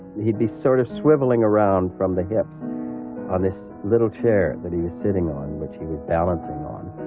he'd be sort of swivelling around from the hips on this little chair that he was sitting on, which he was balancing on,